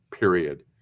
Period